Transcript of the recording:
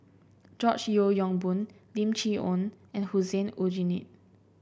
George Yeo Yong Boon Lim Chee Onn and Hussein Aljunied